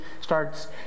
starts